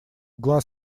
глаз